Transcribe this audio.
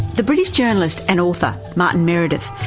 the british journalist and author, martin meredith,